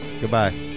Goodbye